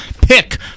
pick